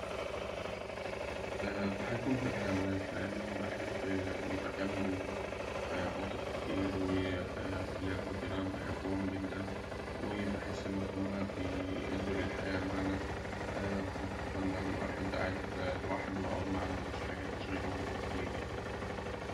التحكم في الحيوانات لأن بحب يبقى جنبي قطط كتير وكلاب وكده، بحبهم جداً وبحس إنهم بيدوا للحياة معنى خصوصاً لو الواحد قاعد لوحده أو معندوش حاجة تشغله كتير يعني.